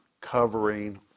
covering